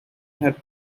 her